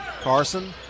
Carson